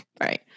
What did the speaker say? right